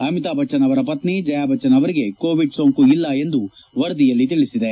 ಅಮಿತಾಬಜ್ಜನ್ ಅವರ ಪತ್ನಿ ಜಯಾ ಬಚ್ಚನ್ ಅವರಿಗೆ ಕೋವಿಡ್ ಸೋಂಕು ಇಲ್ಲ ಎಂದು ವರದಿಯಲ್ಲಿ ತಿಳಿಸಿದೆ